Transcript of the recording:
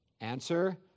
Answer